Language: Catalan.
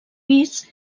pis